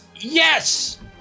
Yes